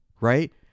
Right